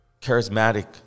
charismatic